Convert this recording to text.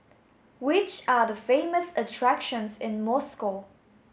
which are the famous attractions in Moscow